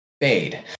fade